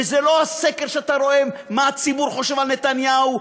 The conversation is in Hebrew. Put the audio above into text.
וזה לא הסקר שאתה רואה מה הציבור חושב על נתניהו,